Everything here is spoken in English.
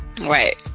Right